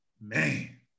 Man